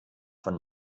von